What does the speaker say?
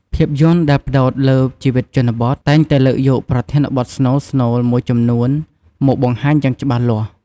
ភាពយន្តដែលផ្តោតលើជីវិតជនបទ តែងតែលើកយកប្រធានបទស្នូលៗមួយចំនួនមកបង្ហាញយ៉ាងច្បាស់លាស់។